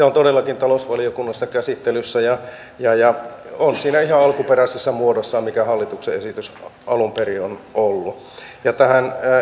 on todellakin talousvaliokunnassa käsittelyssä ja ja on ihan siinä alkuperäisessä muodossaan mikä hallituksen esitys alun perin on ollut tähän